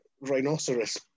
rhinoceros